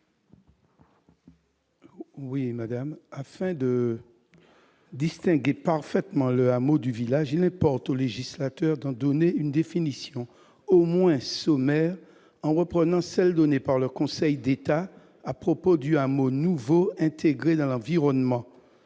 Antiste. Afin de distinguer parfaitement le hameau du village, il importe au législateur d'en donner une définition au moins sommaire en reprenant celle qui a été donnée par le Conseil d'État à propos du hameau nouveau intégré dans l'environnement.